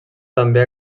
també